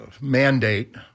mandate